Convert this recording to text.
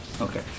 okay